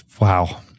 Wow